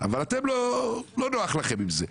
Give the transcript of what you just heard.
אבל אתם לא נוח לכם עם זה.